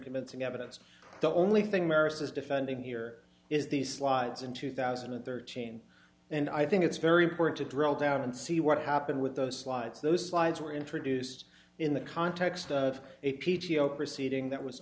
convincing evidence the only thing maris's defending here is these slides in two thousand and thirteen and i think it's very important to drill down and see what happened with those slides those slides were introduced in the context of a p t o proceeding